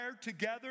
together